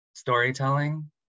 storytelling